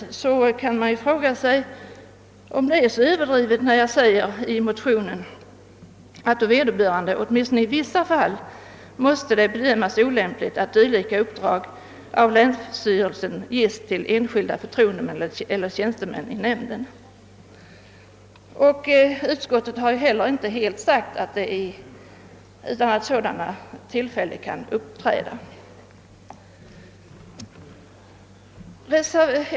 Är det så överdrivet när jag i motionen skriver: »Förslaget om att länsstyrelsen skulle lämna uppdraget direkt åt enskild ledamot eller suppleant eller tjänsteman hos nämnden kan däremot icke anses lämpligt, då vederbörande härigenom — åtminstone i vissa fall — riskerar att komma i motsatsställning till nämnden. Även rent principiellt måste det bedömas som olämpligt att dylika uppdrag av länsstyrelsen ges enskilda förtroendemän eller tjänstemän vid nämnden.» Utskottet har inte heller kategoriskt hävdat att sådana situationer inte kan uppstå.